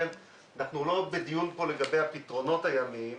אנחנו לא בדיון פה לגבי הפתרונות הימיים,